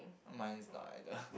mine is not either